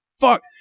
fuck